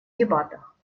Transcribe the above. дебатах